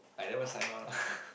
I never sign on lah